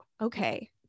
okay